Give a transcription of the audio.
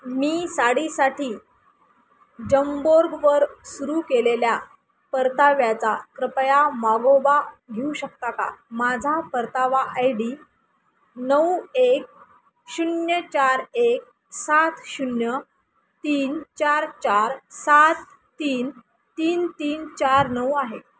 मी साडीसाठी जंबोर्गवर सुरू केलेल्या परताव्याचा कृपया मागोवा घेऊ शकता का माझा परतावा आय डी नऊ एक शून्य चार एक सात शून्य तीन चार चार सात तीन तीन तीन चार नऊ आहे